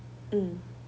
mm